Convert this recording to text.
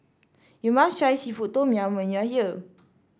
you must try seafood Tom Yum when you are here